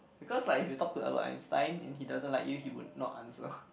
because like if you talk to Albert-Einstein and he doesn't like you he will not answer